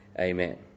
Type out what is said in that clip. amen